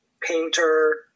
painter